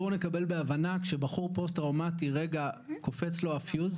בואו נקבל בהבנה שבחור פוסט טראומטי רגע קופץ לו הפיוז,